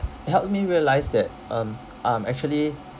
it helped me realise that um I'm actually